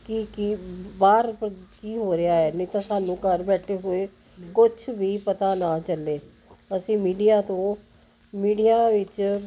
ਕੀ ਕੀ ਬਾਹਰ ਕੀ ਹੋ ਰਿਹਾ ਨਹੀਂ ਤਾਂ ਸਾਨੂੰ ਘਰ ਬੈਠੇ ਹੋਏ ਕੁਛ ਵੀ ਪਤਾ ਨਾ ਚੱਲੇ ਅਸੀਂ ਮੀਡੀਆ ਤੋਂ ਮੀਡੀਆ ਵਿੱਚ